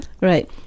Right